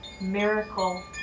miracle